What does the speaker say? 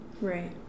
Right